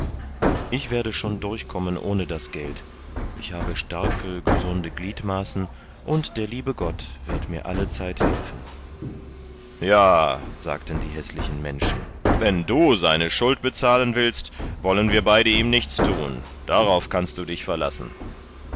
ich werde schon durchkommen ohne das geld ich habe starke gesunde gliedmaßen und der liebe gott wird mir allezeit helfen ja sagten die häßlichen menschen wenn du seine schuld bezahlen willst wollen wir beide ihm nichts thun darauf kannst du dich verlassen